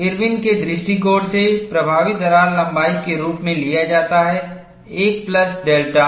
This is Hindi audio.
इरविन के दृष्टिकोण सेप्रभावी दरार लंबाई के रूप में लिया जाता है एक प्लस डेल्टा